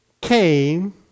came